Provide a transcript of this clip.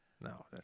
no